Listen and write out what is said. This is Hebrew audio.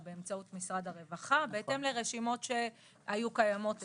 באמצעות משרד הרווחה בהתאם לרשימות שהיו קיימות אצלם,